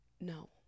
No